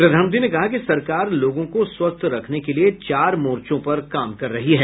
प्रधानमंत्री ने कहा कि सरकार लोगों को स्वस्थ रखने के लिए चार मोर्चों पर काम कर रही है